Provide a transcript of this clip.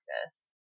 practice